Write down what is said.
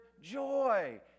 joy